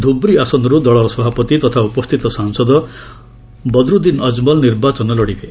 ଧୁବ୍ରି ଆସନରୁ ଦଳର ସଭାପତି ତଥା ଉପସ୍ଥିତ ସାଂସଦ ବଦ୍ରଦିନ ଅଜ୍ମଲ୍ ନିର୍ବାଚନ ଲଢ଼ିବେ